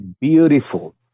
Beautiful